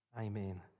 Amen